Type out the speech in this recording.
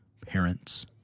parents